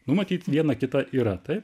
nu matyt viena kita yra taip